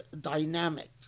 dynamic